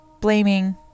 blaming